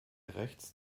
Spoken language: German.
rechts